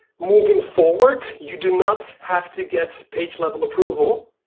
moving forward, you do not have to get page level approval,